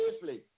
safely